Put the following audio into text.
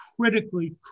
critically